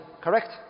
Correct